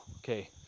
Okay